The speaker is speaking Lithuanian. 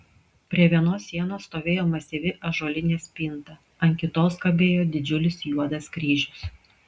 prie vienos sienos stovėjo masyvi ąžuolinė spinta ant kitos kabėjo didžiulis juodas kryžius